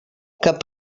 cap